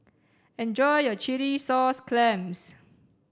enjoy your chilli sauce clams